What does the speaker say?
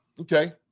okay